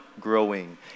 growing